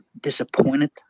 disappointed